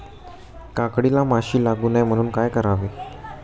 काकडीला माशी लागू नये म्हणून काय करावे?